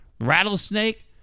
rattlesnake